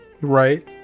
right